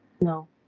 no